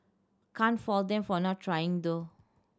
can't fault them for not trying though